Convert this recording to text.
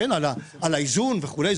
על האיזון וכולי,